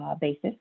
basis